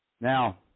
Now